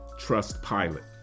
Trustpilot